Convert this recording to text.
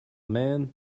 man